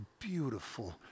beautiful